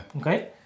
Okay